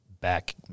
back